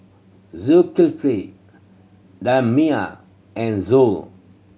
Zulkifli Damia and Zul